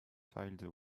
filled